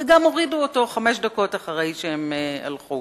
וגם הורידו אותו חמש דקות אחרי שהם הלכו.